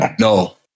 No